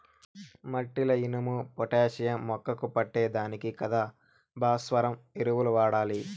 మట్టిల ఇనుము, పొటాషియం మొక్కకు పట్టే దానికి కదా భాస్వరం ఎరువులు వాడాలి